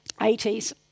80s